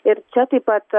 ir čia taip pat